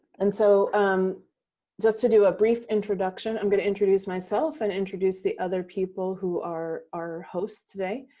and so, um just to do a brief introduction, i'm going to introduce myself and introduce the other people who are our hosts today.